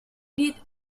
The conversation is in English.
did